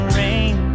rain